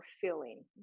feeling